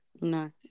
No